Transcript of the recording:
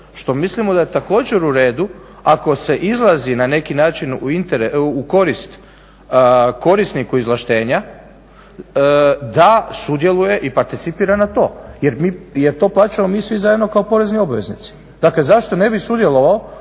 što mislimo da je također uredu ako se izlazi na neki način u korist korisniku izvlaštenja da sudjeluje i participira na to. Jer to plaćamo mi svi zajedno kao porezni obveznici. Dakle, zašto ne bi sudjelovao